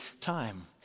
time